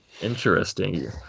Interesting